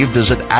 visit